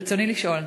ברצוני לשאול: